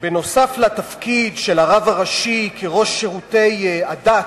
נוסף על התפקיד של הרב הראשי כראש שירותי הדת,